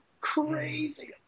crazy